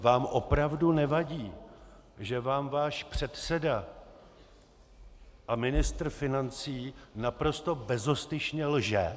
Vám opravdu nevadí, že vám váš předseda a ministr financí naprosto bezostyšně lže?